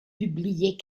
publiés